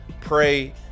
Pray